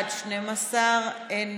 18 והוראת שעה) (מניעת אלימות כלכלית),